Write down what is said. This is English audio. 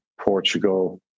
Portugal